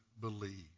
believe